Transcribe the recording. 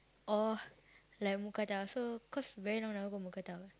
or like mookata so cause very long never go mookata